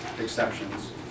Exceptions